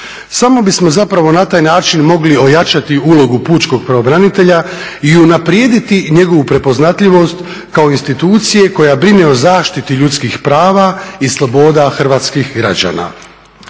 Samo bismo zapravo na taj način mogli ojačati ulogu pučkog pravobranitelja i unaprijediti njegovu prepoznatljivost kao institucije koja brine o zaštiti ljudskih prava i sloboda hrvatskih građana.